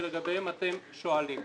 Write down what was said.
ולגביהן אתם שואלים.